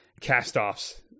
cast-offs